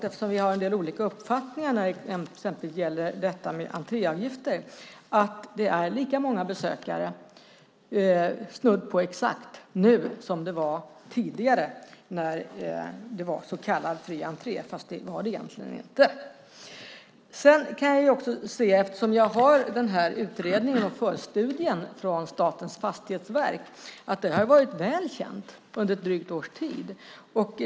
Eftersom vi har en del olika uppfattningar när det exempelvis gäller detta med entréavgifter kan jag glädja mig åt att det nu snudd på exakt är lika många besökare som det var tidigare när det var så kallad fri entré, fastän det egentligen inte var det. Jag kan eftersom jag har utredningen och förstudien från Statens fastighetsverk se att detta har varit väl känt under ett drygt års tid.